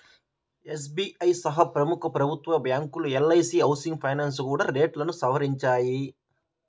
SBI సహా ప్రముఖ ప్రభుత్వరంగ బ్యాంకులు, ఎల్.ఐ.సీ హౌసింగ్ ఫైనాన్స్ కూడా రేట్లను సవరించాయి